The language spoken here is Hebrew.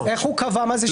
איך הוא קבע מה זה שיקול זר?